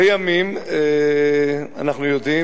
לימים אנחנו יודעים